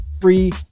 free